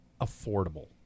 affordable